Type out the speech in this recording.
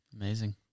Amazing